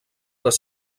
les